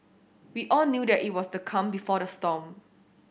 we all knew that it was the calm before the storm